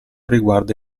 riguarda